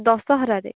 ଦଶହରାରେ